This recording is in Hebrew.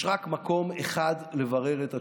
יש רק מקום אחד לברר את התשובה,